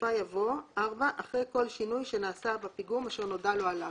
בסופה יבוא: "(4)אחרי כל שינוי שנעשה בפיגום אשר נודע לו עליו.""